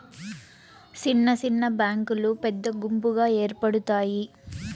సిన్న సిన్న బ్యాంకులు పెద్ద గుంపుగా ఏర్పడుతాయి